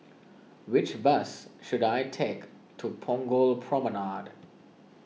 which bus should I take to Punggol Promenade